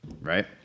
Right